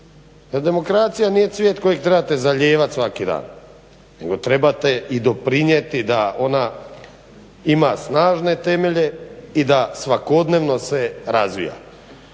Jer demokracija nije cvijet kojeg trebate zalijevati svaki dan, nego trebate i doprinijeti da ona ima snažne temelje i da svakodnevno se razvija.